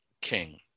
King